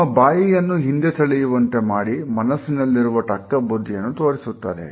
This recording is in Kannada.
ನಮ್ಮ ಬಾಯಿಯನ್ನು ಹಿಂದೆ ಸೆಳೆಯುವಂತೆ ಮಾಡಿ ಮನಸ್ಸಿನಲ್ಲಿರುವ ಠಕ್ಕ ಬುದ್ದಿಯನ್ನು ತೋರಿಸುತ್ತದೆ